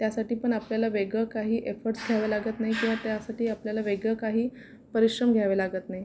त्यासाठी पण आपल्याला वेगळं काही एफर्टस् घ्यावे लागत नाही किंवा त्यासाठी आपल्याला वेगळे काही परिश्रम घ्यावे लागत नाहीत